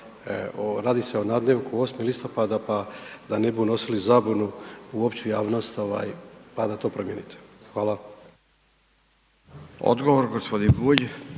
radi se o nadnevku 8. listopada pa da ne bi unosili zabunu u opću javnost ovaj pa da to promijenite. Hvala. **Radin, Furio